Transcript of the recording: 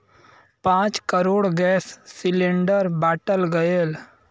पाँच crore gas cylinder बाँटल गएल